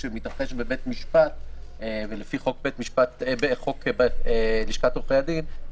בדירקטוריון ולקבל כל מידע שחבר דירקטוריון רשאי לקבל.